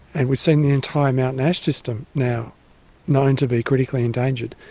and we've seen the entire mountain ash system now known to be critically endangered.